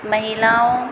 महिलाओं